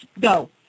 Go